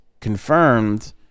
confirmed